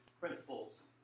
principles